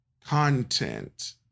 content